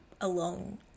alone